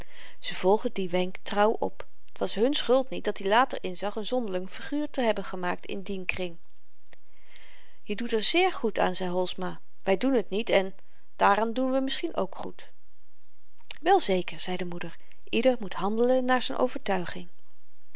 ze volgden dien wenk trouw op t was hun schuld niet dat-i later inzag n zonderling figuur te hebben gemaakt in dien kring je doet er zeer goed aan zei holsma wy doen t niet en daaraan doen we misschien ook goed wel zeker zei de moeder ieder moet handelen naar z'n overtuiging